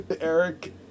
Eric